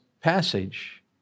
passage